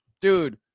dude